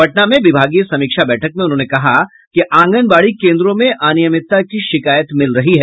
पटना में विभागीय समीक्षा बैठक में उन्होंने कहा कि आंगनबाड़ी केंद्रों में अनियमितता की शिकायत मिल रही है